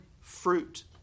fruit